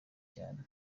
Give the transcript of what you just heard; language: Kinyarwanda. cyane